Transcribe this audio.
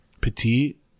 petite